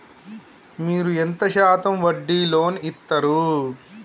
మీరు ఎంత శాతం వడ్డీ లోన్ ఇత్తరు?